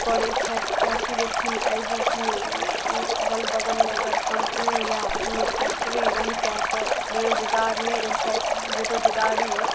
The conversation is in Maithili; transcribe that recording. करै छथि किएकि जे छै ने एहिमे जे छै ने ई अगल बगलमे अगर कम्पनी या कोनो फैक्ट्री रहितै तऽ बेरोजगार नहि रहितथि बेरोजगारी